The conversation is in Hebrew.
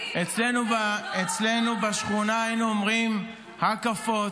אצלנו בשכונה היינו אומרים "הקפות",